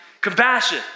compassion